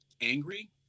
angry